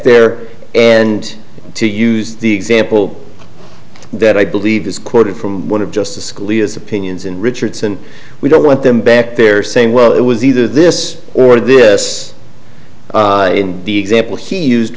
there and to use the example that i believe is quoted from one of justice scalia's opinions in richardson we don't want them back there saying well it was either this or this in the example he used